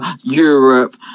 Europe